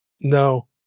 No